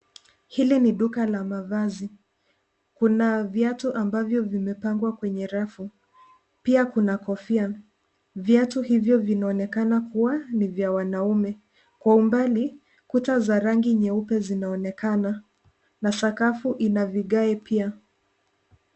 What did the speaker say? Hili ni duka la mavazi. Kuna viatu ambavyo vimepangwa kwenye rafu. Pia kuna kofia. Viatu hivyo vinaonekana kuwa ni vya wanaume. Kwa umbali, kuta za rangi nyeupe zinaonekana na sakafu ina vigae pia.